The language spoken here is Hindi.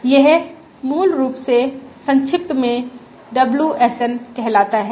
यह मूल रूप से संक्षिप्त में WSN कहलाता हैं